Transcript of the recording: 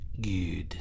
good